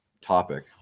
topic